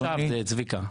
ברוך השב, צביקה.